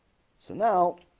so now